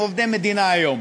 הם עובדי מדינה היום.